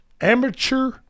amateur